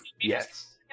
Yes